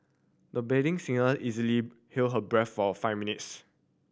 the budding singer easily held her breath for five minutes